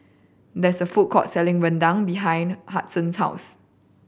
there is a food court selling rendang behind Hudson's house